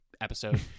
episode